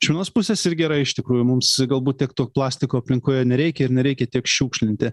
iš vienos pusės ir gerai iš tikrųjų mums galbūt tiek to plastiko aplinkoje nereikia ir nereikia tiek šiukšlinti